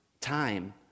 time